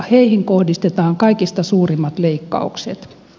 heihin kohdistetaan kaikista suurimmat leikkaukset